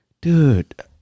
dude